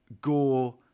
Gore